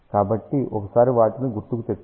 కాబట్టి ఒకసారి వాటిని గుర్తుతెచ్చుకోండి